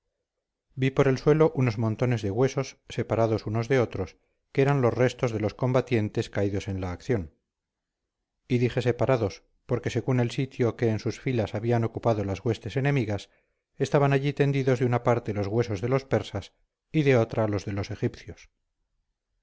vi por el suelo unos montones de huesos separados unos de otros que eran los restos de los combatientes caídos en la acción y dije separados porque según el sitio que en sus filas habían ocupado las huestes enemigas estaban allí tendidos de una parte los huesos de los persas y de otra los de los egipcios